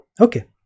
okay